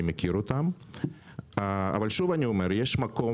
אני מכיר אותם אבל שוב אני אומר שיש מקום